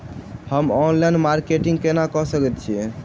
हम online marketing केना कऽ सकैत छी?